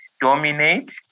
dominate